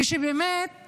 כאשר באמת